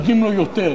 נותנים לו יותר,